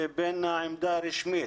לבין העמדה הרשמית?